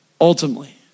ultimately